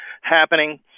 happening